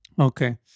Okay